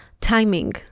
timing